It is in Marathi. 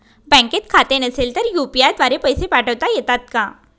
बँकेत खाते नसेल तर यू.पी.आय द्वारे पैसे पाठवता येतात का?